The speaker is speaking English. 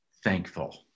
thankful